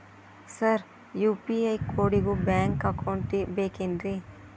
Sir UPI ಕೋಡಿಗೂ bank account ಬೇಕೆನ್ರಿ?